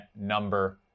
number